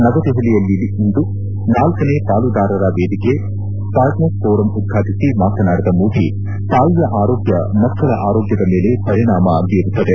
ನವದೆಹಲಿಯಲ್ಲಿಂದು ನಾಲ್ಲನೇ ಪಾಲುದಾರರ ವೇದಿಕೆ ಪಾರ್ಟ್ನರ್ಸ್ ಫೋರಂ ಉದ್ಘಾಟಿಸಿ ಮಾತನಾಡಿದ ಮೋದಿ ತಾಯಿಯ ಆರೋಗ್ಣ ಮಕ್ಕಳ ಆರೋಗ್ಣದ ಮೇಲೆ ಪರಿಣಾಮ ಬೀರುತ್ತದೆ